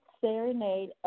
Serenade